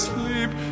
sleep